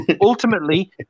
ultimately